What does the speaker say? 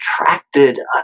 attracted